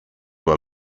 man